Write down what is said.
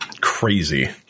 crazy